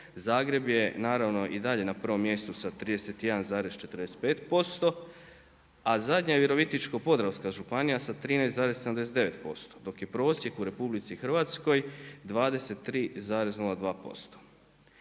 Zagreb je naravno i dalje na prvom mjestu sa 31,45% a zadnja je Virovitičko-podravska županija sa 13,79% dok je prosjek u RH 23,02%.